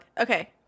Okay